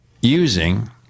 using